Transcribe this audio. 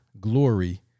glory